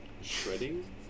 Shredding